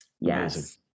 Yes